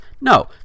No